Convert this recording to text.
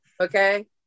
Okay